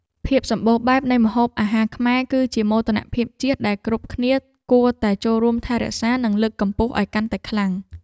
ភាពសម្បូរបែបនៃម្ហូបអាហារខ្មែរ គឺជាមោទនភាពជាតិដែលគ្រប់គ្នាគួរតែចូលរួមថែរក្សា និងលើកកម្ពស់ឱ្យកាន់តែខ្លាំង។